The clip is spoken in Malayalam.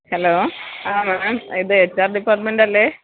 ഹലോ ആ മാം ഇത് എച്ച് ആർ ഡിപ്പാർട്ട്മെന്റല്ലേ